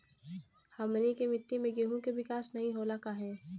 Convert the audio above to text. हमनी के मिट्टी में गेहूँ के विकास नहीं होला काहे?